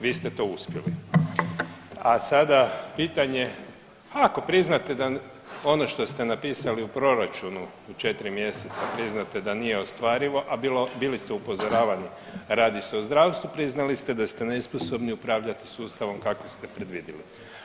Vi ste to uspjeli, a sada pitanje, ako priznate ono što ste napisali u proračunu u 4 mjeseca, priznate da nije ostvarivo, a bili ste upozoravani, radi se o zdravstvu, priznali ste da ste nesposobni upravljati sustavom kako ste predvidili.